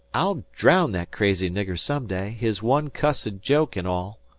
i'll draown that crazy nigger some day, his one cussed joke an' all.